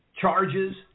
charges